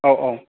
औ औ